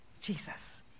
Jesus